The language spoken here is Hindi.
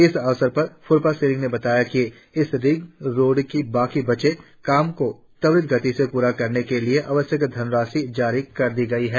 इस अवसर पर फ्रपा सेंरिंग ने बताया कि इस रिंग रोड के बाकी बचे काम को त्वरित गति से पूरा करने के लिए आवश्यक धन राशि जारी कर दी गई है